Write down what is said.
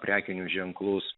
prekinius ženklus